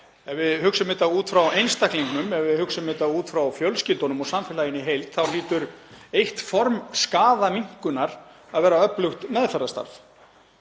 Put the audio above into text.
Ef við hugsum þetta út frá einstaklingnum, ef við hugsum þetta út frá fjölskyldunum og samfélaginu í heild, þá hlýtur eitt form skaðaminnkunar að vera öflugt meðferðarstarf.